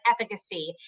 efficacy